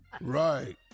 Right